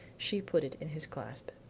she put it in his clasp.